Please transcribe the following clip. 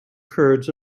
kurds